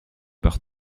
par